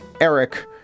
Eric